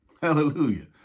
Hallelujah